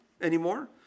anymore